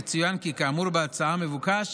יצוין כי כאמור בהצעה מבוקש